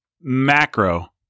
macro